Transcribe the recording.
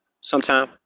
sometime